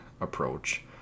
approach